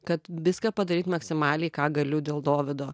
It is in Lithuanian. kad viską padaryt maksimaliai ką galiu dėl dovydo